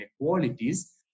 inequalities